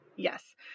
Yes